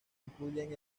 incluyen